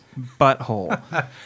butthole